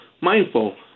mindful